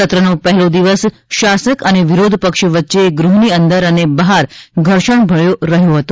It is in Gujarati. સત્રનો પહેલો દિવસ શાસક અને વિરોધ પક્ષ વચ્ચે ગૃહની અંદર અને બહાર ઘર્ષણભર્યો રહ્યો હતો